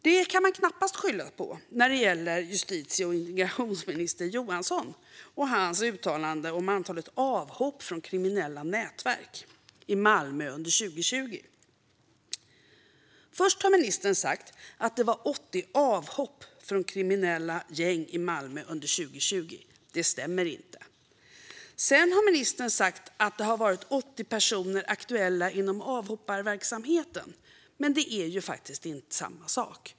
Det kan man knappast skylla på när det gäller justitie och inrikesminister Johansson och hans uttalande om antalet avhopp från kriminella nätverk i Malmö under 2020. Ministern sa först att det var 80 avhopp från kriminella gäng i Malmö under 2020. Det stämmer inte. Sedan sa ministern att 80 personer varit aktuella inom avhopparverksamheten. Men det är faktiskt inte samma sak.